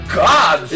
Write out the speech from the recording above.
god